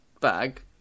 bag